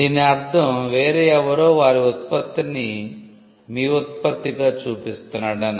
దీని అర్ధం వేరే ఎవరో వారి ఉత్పత్తిని మీ ఉత్పత్తిగా చూపిస్తున్నాడు అని